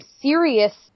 serious